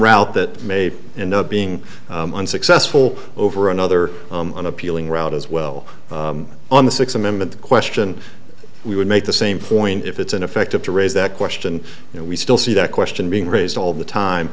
route that may end up being unsuccessful over another unappealing route as well on the sixth amendment question we would make the same point if it's ineffective to raise that question you know we still see that question being raised all the time